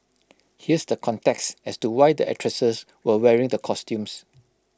here's the context as to why the actresses were wearing the costumes